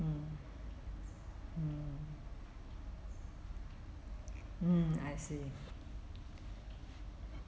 mm mm mm I see